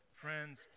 Friends